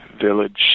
village